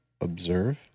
observe